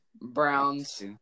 Browns